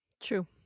True